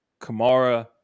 Kamara